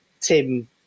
Tim